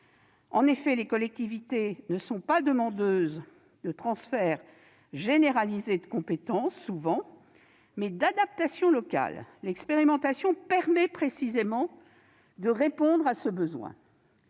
En effet, les collectivités ne sont souvent pas demandeuses de transferts généralisés de compétences, mais d'adaptations locales. Or l'expérimentation permet précisément de répondre à ce besoin